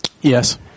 Yes